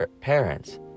parents